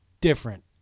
different